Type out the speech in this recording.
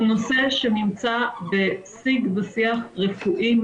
הוא נושא שנמצא בשיג ושיח מדעי רפואי.